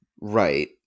Right